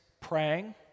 praying